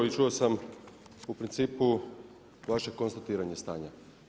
I čuo sam u principu vaše konstatiranje stanja.